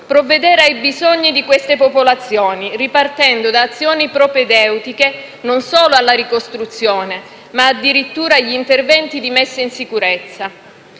provvedere ai bisogni di queste popolazioni, ripartendo da azioni propedeutiche non solo alla ricostruzione ma addirittura agli interventi di messa in sicurezza.